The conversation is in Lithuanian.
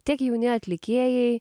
tiek jaunieji atlikėjai